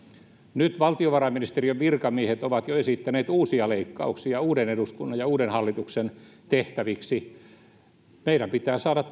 nyt valtiovarainministeriön virkamiehet ovat jo esittäneet uusia leikkauksia uuden eduskunnan ja uuden hallituksen tehtäviksi meidän pitää saada